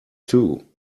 two